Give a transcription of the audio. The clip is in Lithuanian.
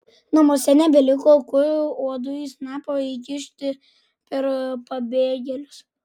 namuose nebeliko kur uodui snapo įkišti per pabėgėlius